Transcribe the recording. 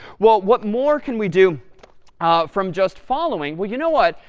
well, what more can we do from just following? well, you know what?